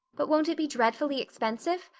but won't it be dreadfully expensive?